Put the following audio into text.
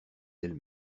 d’elle